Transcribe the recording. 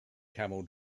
camel